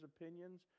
opinions